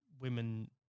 women